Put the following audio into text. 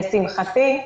לשמחתי,